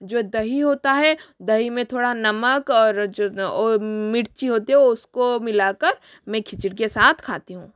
जो दही होता है दही में थोड़ा नमक और जो और मिर्ची होती है उसको मिलाकर मैं खिचड़ी के साथ खाती हूँ